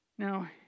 Now